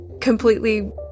completely